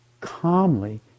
calmly